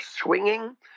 swinging